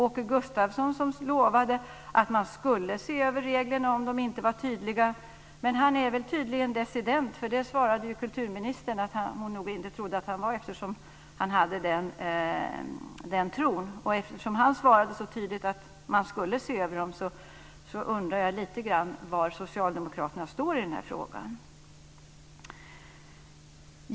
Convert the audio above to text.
Åke Gustavsson lovade att man skulle se över reglerna om de inte var tydliga, men han är tydligen dissident. Kulturministern svarade ju att hon nog inte trodde det med anledning av att han hade den tron. Han sa ju tydligt att man skulle se över dem. Då undrar jag lite grann var socialdemokraterna står i den här frågan.